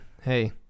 hey